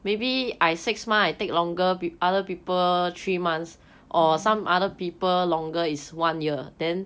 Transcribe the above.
mmhmm